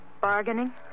bargaining